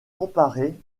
comparer